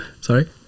Sorry